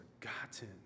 forgotten